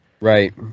right